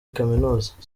kaminuza